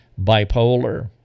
bipolar